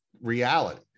reality